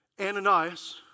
Ananias